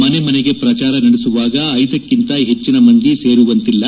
ಮನೆ ಮನೆಗೆ ಪ್ರಚಾರ ನಡೆಸುವಾಗ ಐದಕ್ಕಿಂತ ಹೆಚ್ಚಿನ ಮಂದಿ ಸೇರುವಂತಿಲ್ಲ